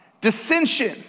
Dissension